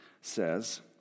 says